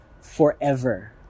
forever